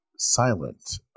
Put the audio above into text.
silent